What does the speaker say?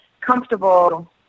comfortable